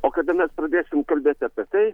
o kada mes pradėsim kalbėt apie tai